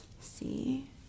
see